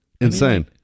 Insane